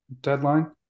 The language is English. deadline